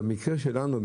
במקרה שלנו,